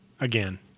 Again